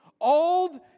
Old